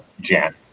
Jan